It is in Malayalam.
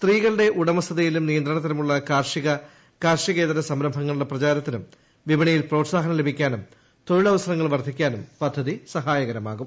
സ്ത്രീകളുടെ ഉടമസ്ഥതയിലും നിയന്ത്രണത്തിലുമുള്ള കാർഷിക കാർഷികേതര സംരംഭങ്ങളുടെ പ്രചാരത്തിനും വിപണിയിൽ പ്രോത്സാഹനം ലഭിക്കാനും തൊഴിലവസരങ്ങൾ വർദ്ധിക്കാനും പദ്ധതി സഹായകരമാകും